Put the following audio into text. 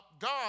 God